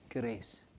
grace